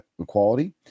equality